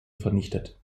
vernichtet